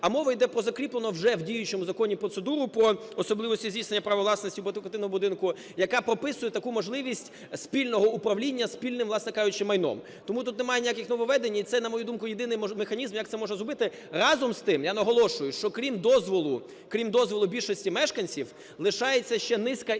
а мова йде про закріплену вже в діючому Законі процедуру "Про особливості здійснення права власності в багатоквартирному будинку", яка прописує таку можливість спільного управління спільним, власне кажучи, майном. Тому тут немає ніяких нововведень і це, на мою думку, єдиний механізм як це можна зробити. Разом з тим, я наголошую, що крім дозволу, крім дозволу більшості мешканців лишається ще низка інших